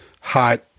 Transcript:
hot